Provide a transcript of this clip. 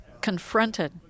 confronted